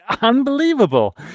unbelievable